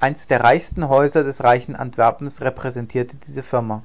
eins der reichsten häuser des reichen antwerpens repräsentierte diese firma